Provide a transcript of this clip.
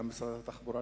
גם משרד התחבורה,